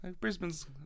Brisbane's